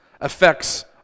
affects